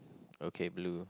okay blue